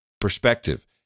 perspective